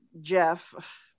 jeff